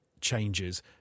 changes